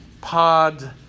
pod